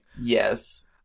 Yes